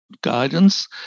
guidance